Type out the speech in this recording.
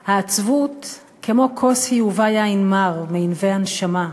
/ העצבות כמו כוס היא / ובה יין מר / מענבי הנשמה.